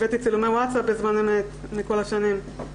הבאתי צילומי ווטסאפ בזמן אמת מכל השנים.